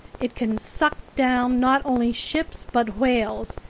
it can suck down not only ships but whales,